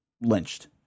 lynched